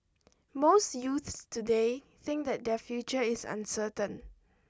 most youths today think that their future is uncertain